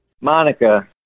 Monica